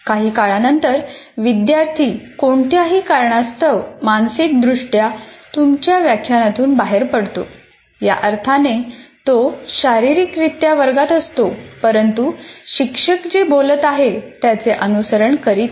काही काळानंतर विद्यार्थी कोणत्याही कारणास्तव मानसिकदृष्ट्या तुमच्या व्याख्यानातून बाहेर पडतो या अर्थाने तो शारीरिकरित्या वर्गात असतो परंतु शिक्षक जे बोलत आहे त्याचे अनुसरण करीत नाही